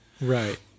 Right